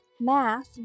math